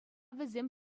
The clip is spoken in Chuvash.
вӗсем